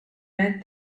read